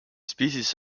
species